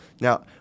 Now